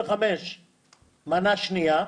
3,075,000 מנה שנייה.